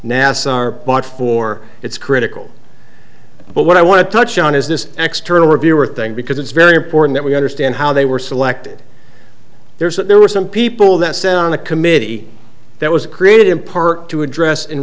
nascar bought for its critical but what i want to touch on is this extra word viewer thing because it's very important that we understand how they were selected there is that there were some people that sent on a committee that was created in part to address in